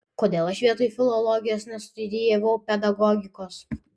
kodėl aš vietoj filologijos nestudijavau pedagogikos